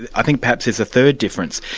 i think perhaps there's a third difference.